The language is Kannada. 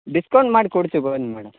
ಡಿಸ್ಕೌಂಟ್ ಮಾಡಿ ಕೊಡ್ತಿವಿ ಬನ್ನಿ ಮೇಡಮ್